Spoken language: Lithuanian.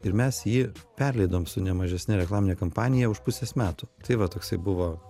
ir mes jį perleidom su ne mažesne reklamine kampanija už pusės metų tai va toksai buvo